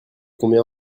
combien